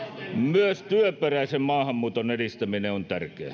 myös työperäisen maahanmuuton edistäminen on tärkeää